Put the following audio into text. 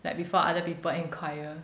like before other people enquire